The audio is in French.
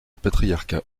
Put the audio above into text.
patriarcat